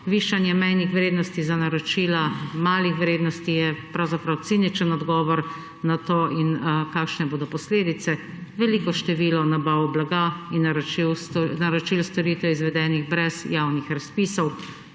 Višanje mejnih vrednosti za naročila malih vrednosti je pravzaprav ciničen odgovor na to. In kakšne bodo posledice? Veliko število nabav blaga in naročil storitev, izvedenih brez javnih razpisov,